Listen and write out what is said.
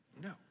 No